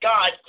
God